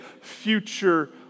future